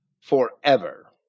forever